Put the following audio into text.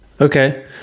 Okay